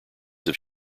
have